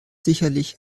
sicherlich